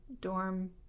dorm